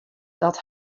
dat